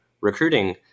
recruiting